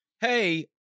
hey